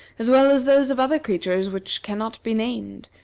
as well as those of other creatures which cannot be named,